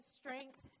strength